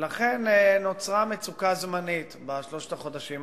ולכן נוצרה מצוקה זמנית בשלושת החודשים האחרונים.